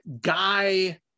guy